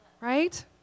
right